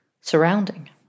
surrounding